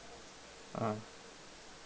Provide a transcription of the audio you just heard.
(uh huh)